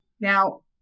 Now